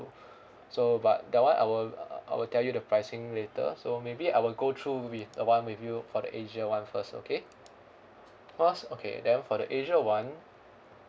so but that [one] I will uh I will tell you the pricing later so maybe I will go through with the one with you for the asia one first okay because okay then for the AsiaOne